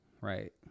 Right